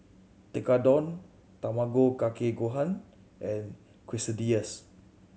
Tekkadon Tamago Kake Gohan and Quesadillas